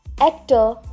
actor